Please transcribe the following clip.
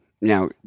Now